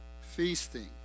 feasting